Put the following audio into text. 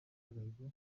agahigo